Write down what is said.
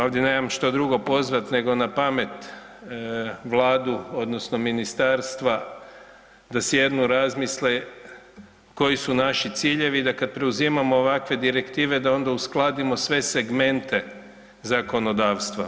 Ovdje nemam što drugo pozvat nego na pamet vladu odnosno ministarstva da sjednu, razmisle koji su naši ciljevi i da kad preuzimamo ovakve direktive da onda uskladimo sve segmente zakonodavstva.